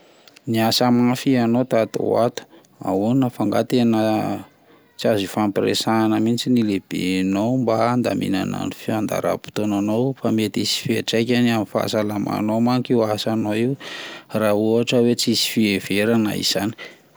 Niasa mafy ianao tato ho ato, ahoana fa angaha tena tsy azo ifampiresahana mihitsy ny lehibeanao mba hadaminana ny fandahararam-potoananao fa mety hisy fihatraikany amin'ny fahasalamanao manko io asanao io raha ohatra hoe tsisy fiheverana izany.